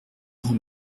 grand